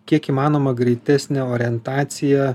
kiek įmanoma greitesnę orientaciją